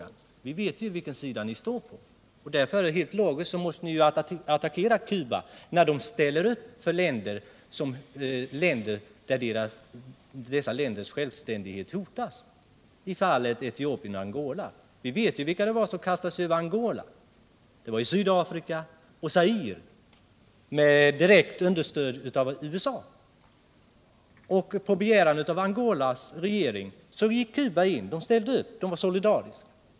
Vi vet vilken sida ni står på. Från den sidan måste ni attackera Cuba när det landet ställer upp för länder vilkas självständighet hotas, t.ex. Etiopien och Angola. Vi vet vilka länder det var som kastade sig över Angola. Det var Sydafrika och Zaire, med direkt stöd av USA. På begäran av Angolas regering gick Cuba in och ställde upp solidariskt.